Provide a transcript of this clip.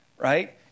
right